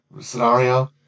scenario